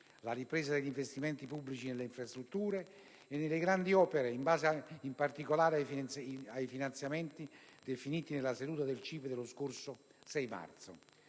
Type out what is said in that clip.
una ripresa degli investimenti pubblici nelle infrastrutture e nelle grandi opere, in base, in particolare, ai finanziamenti definiti nella seduta del CIPE dello scorso 6 marzo.